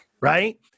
right